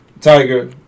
Tiger